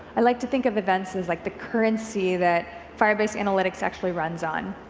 i like to think of event as like the currency that firebase analytics actually runs on.